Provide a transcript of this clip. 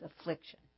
affliction